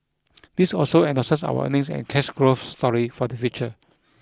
this also endorses our earnings and cash growth story for the future